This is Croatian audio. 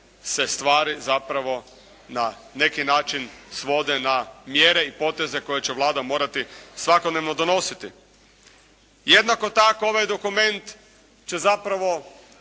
se stvari zapravo na neki način svode na mjere i poteze koje će Vlada morati svakodnevno donositi. Jednako tako ovaj dokument će zapravo